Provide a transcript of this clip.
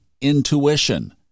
intuition